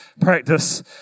practice